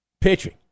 pitching